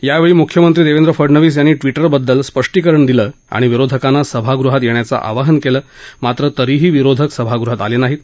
यावेळी मुख्यमंत्री देवेन्द्र फडणवीस यांनी ट्विटरबद्दल स्पष्टीकरण दिले आणि विरोधकांना सभागृहात येण्याचे आवाहन केले मात्र तरीही विरोधक सभागृहात आले नाहीत